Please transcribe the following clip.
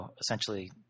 essentially